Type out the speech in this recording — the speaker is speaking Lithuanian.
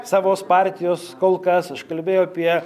savos partijos kol kas aš kalbėjau apie